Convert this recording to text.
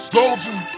Soldier